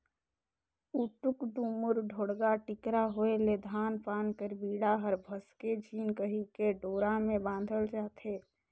उटुक टुमुर, ढोड़गा टिकरा होए ले धान पान कर बीड़ा हर भसके झिन कहिके डोरा मे बाधल जाथे